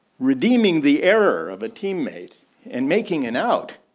redeeming the error of a teammate and making it out,